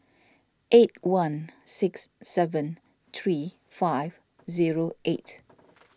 eight one six seven three five zero eight